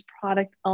product